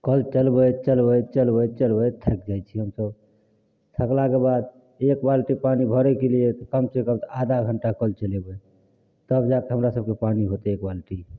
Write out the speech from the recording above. कल चलबैत चलबैत चलबैत चलबैत थाकि जाइ छी हमसब थाकलाके बादक एक बाल्टी पानि भरयके लिए तऽ कम सँ कम आधा घण्टा कल चलेबै तब जाके हमरा सबके पानि होतय एक बाल्टी